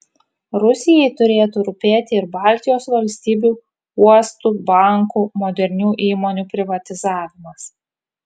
rusijai turėtų rūpėti ir baltijos valstybių uostų bankų modernių įmonių privatizavimas